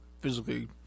physically